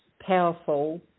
powerful